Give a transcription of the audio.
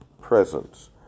presence